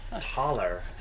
taller